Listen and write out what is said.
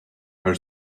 her